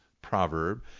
proverb